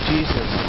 Jesus